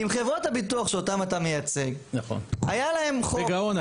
אם חברות הביטוח שאותן אתה מייצג היה להם חוב --- בגאון,